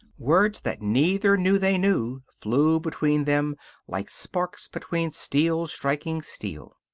words that neither knew they knew flew between them like sparks between steel striking steel.